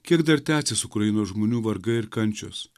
kiek dar tęsis ukrainos žmonių vargai ir kančios